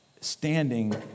standing